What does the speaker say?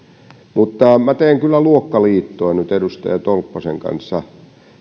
mutta minä teen kyllä luokkaliittoa nyt edustaja tolppasen kanssa